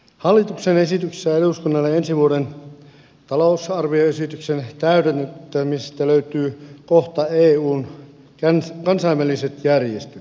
hallituksen esityksessä eduskunnalle ensi vuoden talousarvioesityksen täydentämisestä löytyy kohta eu ja kansainväliset järjestöt